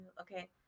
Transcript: Okay